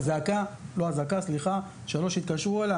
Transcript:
ב-15:00 התקשרו אליי,